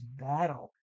battle